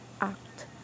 act